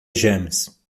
james